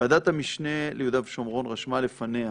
ועדת המשנה ליהודה ושומרון רשמה לפניה